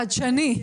חדשני.